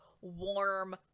warm